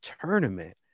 tournament